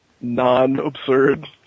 non-absurd